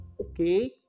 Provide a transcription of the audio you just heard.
okay